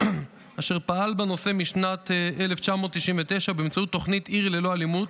אשר פעל בנושא משנת 1999 באמצעות תוכנית עיר ללא אלימות,